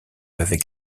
avec